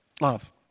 Love